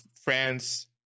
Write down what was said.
France